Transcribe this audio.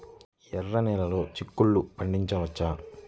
ఎర్ర నెలలో చిక్కుల్లో పండించవచ్చా?